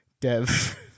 Dev